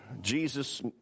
Jesus